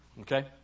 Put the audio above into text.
Okay